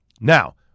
Now